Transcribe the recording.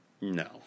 No